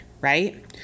right